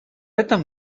этом